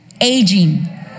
aging